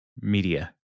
media